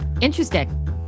Interesting